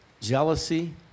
jealousy